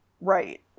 right